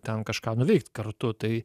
ten kažką nuveikt kartu tai